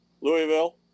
Louisville